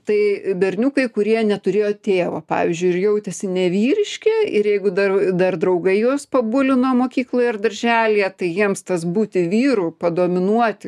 tai berniukai kurie neturėjo tėvo pavyzdžiui ir jautėsi nevyriški ir jeigu dar dar draugai juos pabulino mokykloj ar darželyje tai jiems tas būti vyru dominuoti